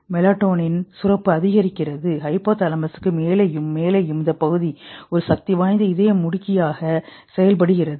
melatonin சுரப்பு அதிகரிக்கிறது ஹைபோதாலமஸுக்கு மேலேயும் மேலேயும் இந்த பகுதி ஒரு சக்தி வாய்ந்த இதயமுடுக்கியாக செயல் படுகிறது